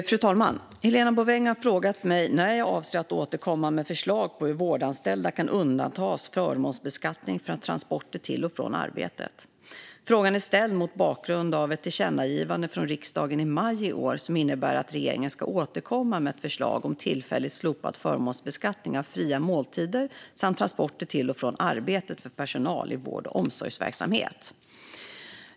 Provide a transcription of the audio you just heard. Fru talman! Helena Bouveng har frågat mig när jag avser att återkomma med förslag på hur vårdanställda kan undantas förmånsbeskattning för transporter till och från arbetet. Frågan är ställd mot bakgrund av ett tillkännagivande från riksdagen i maj i år som innebär att regeringen ska återkomma med ett förslag om tillfälligt slopad förmånsbeskattning av fria måltider samt transporter till och från arbetet för personal i vård och omsorgsverksamhet.